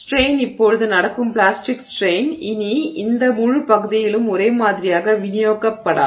எனவே ஸ்ட்ரெய்ன் இப்போது நடக்கும் பிளாஸ்டிக் ஸ்ட்ரெய்ன் இனி இந்த முழு பகுதியிலும் ஒரே மாதிரியாக விநியோகிக்கப்படாது